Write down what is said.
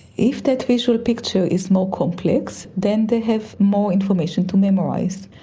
if that visual picture is more complex than they have more information to memorise.